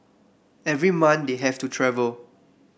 every month they have to travel